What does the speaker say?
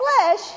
flesh